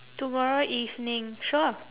tomorrow evening sure